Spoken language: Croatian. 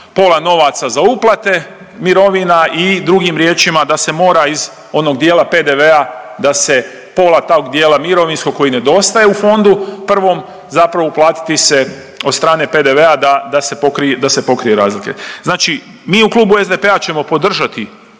pola novaca za uplate mirovina i drugim riječima da se mora iz onog dijela PDV-a da se pola tog dijela mirovinskog koji nedostaje u fondu prvom zapravo uplatiti se od strane PDV-a da se pokrije razlike. Znači mi u klubu SDP-a ćemo podržati